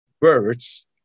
birds